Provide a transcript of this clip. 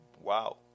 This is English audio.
Wow